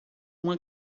uma